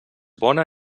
bona